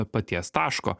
paties taško